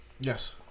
Yes